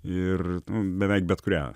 ir beveik bet kurią